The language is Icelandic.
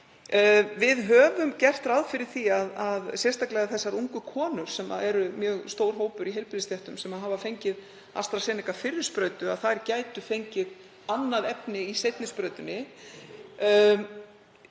Við höfum gert ráð fyrir því að sérstaklega þessar ungu konur, sem eru mjög stór hópur í heilbrigðisstéttum, sem hafa fengið fyrri sprautu með AstraZeneca gætu fengið annað efni í seinni sprautunni.